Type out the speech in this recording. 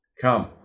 Come